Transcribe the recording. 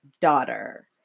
daughter